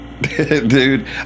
Dude